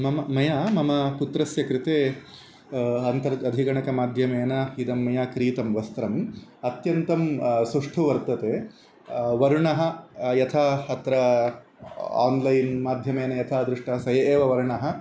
मम मया मम पुत्रस्य कृते अन्तः अधिगणकमाध्यमेन इदं मया क्रीतं वस्त्रम् अत्यन्तं सुष्ठु वर्तते वर्णः यथा अत्र आन्लैन् माध्यमेन यथा दृष्टा स एव वर्णः